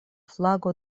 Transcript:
flago